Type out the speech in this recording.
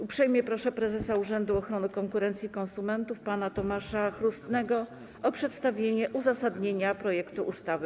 Uprzejmie proszę prezesa Urzędu Ochrony Konkurencji i Konsumentów pana Tomasza Chróstnego o przedstawienie uzasadnienia projektu ustawy.